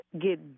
get